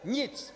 Nic!